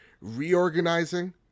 reorganizing